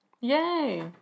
Yay